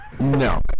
No